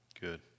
Good